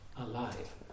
alive